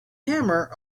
hammer